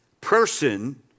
person